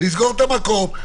לסגור את המקום,